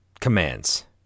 commands